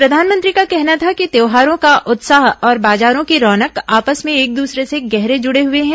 प्रधानमंत्री का कहना था कि त्योहारों का उत्साह और बाजारों की रौनक आपस में एक दूसरे से गहरे जुडे हैं